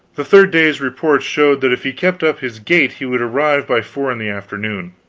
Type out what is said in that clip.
the third day's reports showed that if he kept up his gait he would arrive by four in the afternoon.